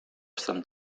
some